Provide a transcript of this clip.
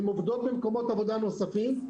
הן עובדות במקומות עבודה נוספים.